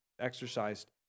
exercised